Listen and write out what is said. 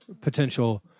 potential